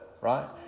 right